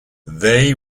they